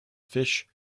fish